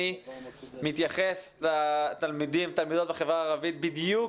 שאני מתייחס לתלמידות ולתלמידים בחברה הערבית בדיוק